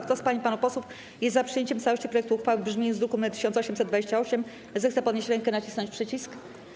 Kto z pań i panów posłów jest za przyjęciem w całości projektu uchwały w brzmieniu z druku nr 1828, zechce podnieść rękę i nacisnąć przycisk.